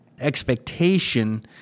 expectation